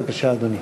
בבקשה, אדוני.